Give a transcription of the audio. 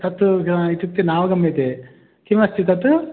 तत्तु इत्युक्ते नावगम्यते किम् अस्ति तत्